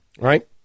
right